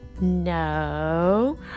No